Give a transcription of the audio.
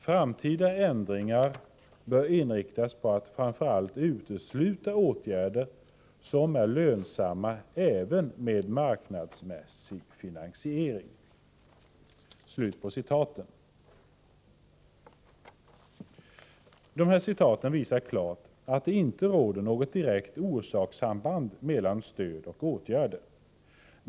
Framtida ändringar bör inriktas på att framför allt utesluta åtgärder, som är lönsamma även med marknadsmässig finansiering.” De här citaten visar klart att det inte råder något direkt orsakssamband mellan stöd och åtgärder.